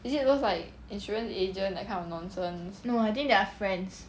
is it those like insurance agent that kind of nonsense